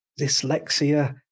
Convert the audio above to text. dyslexia